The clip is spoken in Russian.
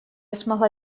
смогла